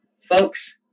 folks